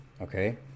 Okay